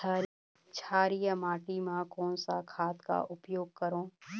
क्षारीय माटी मा कोन सा खाद का उपयोग करों?